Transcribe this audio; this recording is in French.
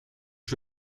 que